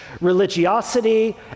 religiosity